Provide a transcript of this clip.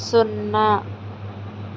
సున్నా